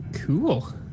Cool